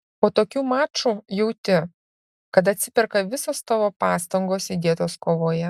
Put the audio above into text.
po tokių mačų jauti kad atsiperka visos tavo pastangos įdėtos kovoje